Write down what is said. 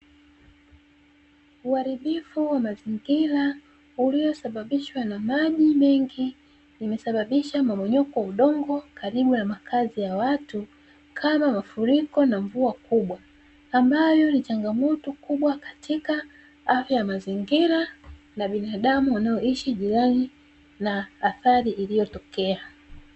Uharibifu wa mazingira uliosababishwa na maji mengi, imesababisha mmomonyoko wa udongo karibu na makazi ya watu kama mafuriko na mvua kubwa, ambayo ni changamoto kubwa katika afya ya mazingira na binadamu wanaoishi jirani na athari iliyotokea.